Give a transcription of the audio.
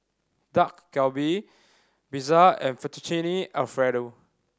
Dak Galbi Pizza and Fettuccine Alfredo